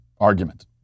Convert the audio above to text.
argument